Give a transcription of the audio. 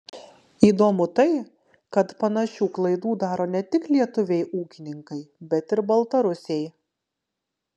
įdomu tai kad panašių klaidų daro ne tik lietuviai ūkininkai bet ir baltarusiai